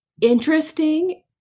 interesting